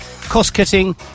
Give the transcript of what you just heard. cost-cutting